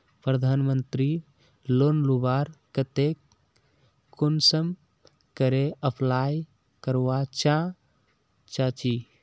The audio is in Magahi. प्रबंधन लोन लुबार केते कुंसम करे अप्लाई करवा चाँ चची?